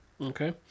Okay